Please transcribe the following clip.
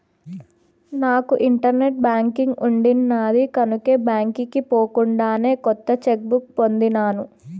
నాకు internet banking ఉండిన్నాది కనుకే బాంకీకి పోకుండానే కొత్త చెక్ బుక్ పొందినాను